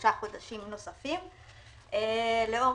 שלושה חודשים נוספים לאור,